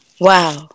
Wow